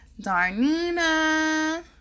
Darnina